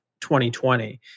2020